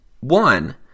one